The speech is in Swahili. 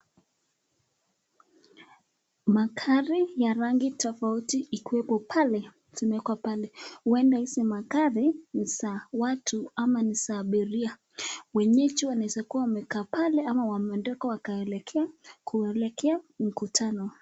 Magari ya rangi tofauti ikweko pale. Zimekwapo pale. Huenda hizo magari ni za watu ama ni za abiria. Wenyewe wanaweza kuwa wamekaa pale ama wametoka wakaelekea kuelekea mkutano.